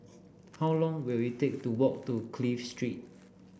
how long will it take to walk to Clive Street